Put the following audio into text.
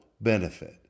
benefit